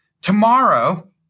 tomorrow